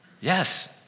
Yes